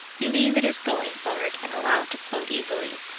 believe it is going forward, and allow it to flow easily.